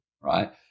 right